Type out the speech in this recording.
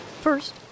First